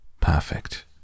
Perfect